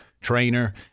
trainer